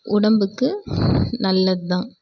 உடம்புக்கு நல்லதுதான்